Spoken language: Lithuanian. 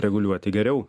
reguliuoti geriau